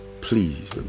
please